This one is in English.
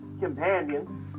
companion